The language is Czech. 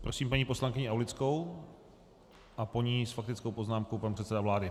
Prosím paní poslankyni Aulickou a po ní s faktickou poznámkou pan předseda vlády.